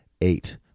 eight